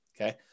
Okay